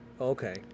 okay